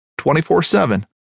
24-7